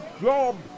job